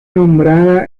nombrada